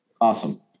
Awesome